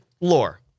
lore